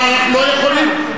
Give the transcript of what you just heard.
אבל אנחנו לא יכולים,